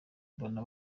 mbona